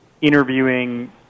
interviewing